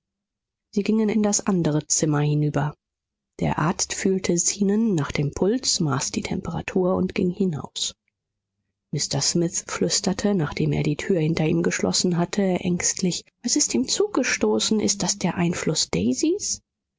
sie gingen in das andere zimmer hinüber der arzt fühlte zenon nach dem puls maß die temperatur und ging hinaus mr smith flüsterte nachdem er die tür hinter ihm geschlossen hatte ängstlich was ist ihm zugestoßen ist das der einfluß daisys